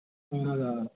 اَہَن حظ آ